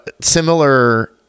similar